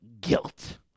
guilt